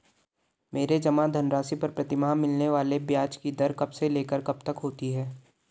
मेरे जमा धन राशि पर प्रतिमाह मिलने वाले ब्याज की दर कब से लेकर कब तक होती है?